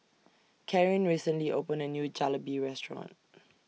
Karyn recently opened A New Jalebi Restaurant